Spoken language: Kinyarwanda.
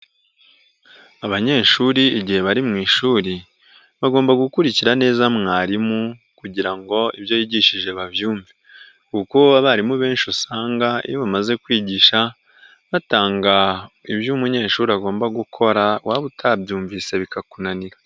Abanyeshuri igihe bari mu ishuri bagomba gukurikira neza mwarimu kugira ngo ibyo yigishije babyumve kuko abarimu benshi usanga iyo bamaze kwigisha batanga ibyo umunyeshuri agomba gukora waba utabyumvise bikakunanira.